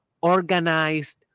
organized